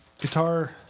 guitar